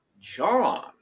John